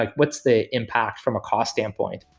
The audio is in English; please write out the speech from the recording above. like what's the impact from a cost standpoint?